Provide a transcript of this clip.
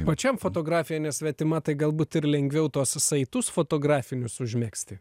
pačiam fotografija nesvetima tai galbūt ir lengviau tuos saitus fotografinius užmegzti